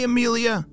Amelia